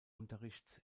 unterrichts